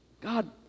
God